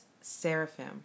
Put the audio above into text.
seraphim